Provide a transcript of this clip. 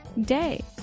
day